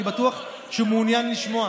אני בטוח שהוא מעוניין לשמוע.